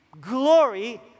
glory